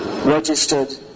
registered